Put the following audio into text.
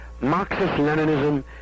Marxist-Leninism